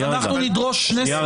אנחנו נדרוש שני סבבים.